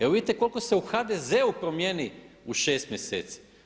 Evo vidite koliko se u HDZ-u promjeni u 6 mjeseci.